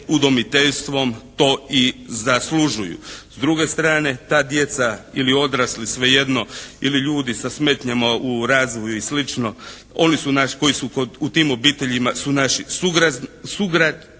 udomiteljstvom to i zaslužuju. S druge strane ta djeca ili odrasli svejedno ili ljudi sa smetnjama u razvoju i slično, oni su naš, koji su u tim obiteljima su naši sugrađani.